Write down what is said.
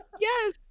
Yes